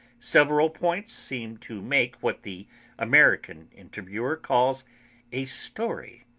several points seem to make what the american interviewer calls a story,